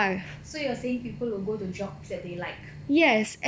so you are saying that people will go to jobs that they like